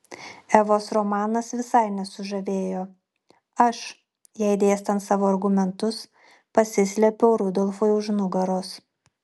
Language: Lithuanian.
evos romanas visai nesužavėjo aš jai dėstant savo argumentus pasislėpiau rudolfui už nugaros